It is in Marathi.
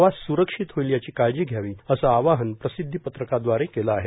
प्रवास स्रक्षित होईल याची काळजी घ्यावी असे आवाहन प्रसिध्दी पत्रकाद्वारे केले आहे